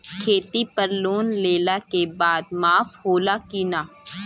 खेती पर लोन लेला के बाद माफ़ होला की ना?